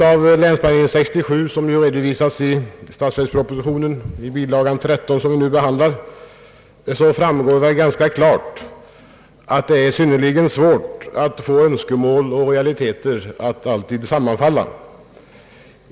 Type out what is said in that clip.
Av Länsplanering 67, redovisad i statsverkspropositionen bilaga 13, som vi nu behandlar, framgår väl ganska klart att det är synnerligen svårt att alltid få önskemål och realiteter att sammanfalla.